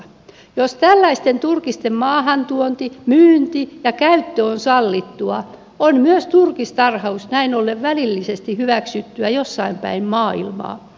jos tällaisten turkisten maahantuonti myynti ja käyttö on sallittua on myös turkistarhaus näin ollen välillisesti hyväksyttyä jossain päin maailmaa